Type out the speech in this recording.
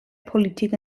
politik